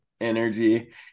energy